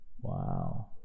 Wow